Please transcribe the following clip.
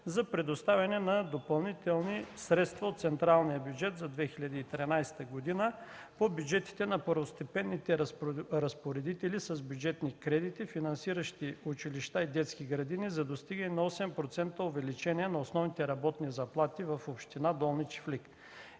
за предоставяне на допълнителни средства от централния бюджет за 2013 г. по бюджетите на първостепенните разпоредители с бюджетни кредити, финансиращи училища и детски градини, за достигане на 8% увеличение на основните работни заплати в община Долни чифлик?